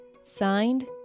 Signed